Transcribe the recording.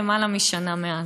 למעלה משנה מאז.